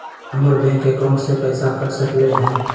हमर bank account से पैसा कट सकलइ ह?